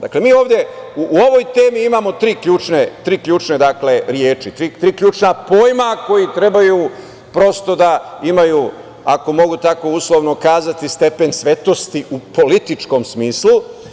Dakle, mi ovde, u ovoj temi imamo tri ključne reči, tri ključna pojma koji trebaju prosto da imaju, ako mogu tako uslovno kazati, stepen svetosti u političkom smislu.